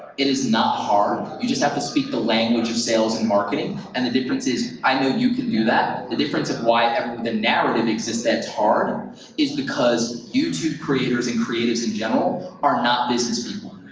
it is not hard. you just have to speak the language of sales and marketing, and the difference is, i know you can do that, the difference of why the narrative exists that it's hard is because youtube creators and creatives in general are not business people.